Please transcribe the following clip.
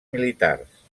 militars